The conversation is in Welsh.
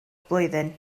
blwyddyn